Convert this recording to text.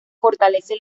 fortalece